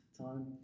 time